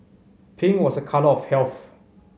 pink was a colour of health